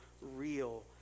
real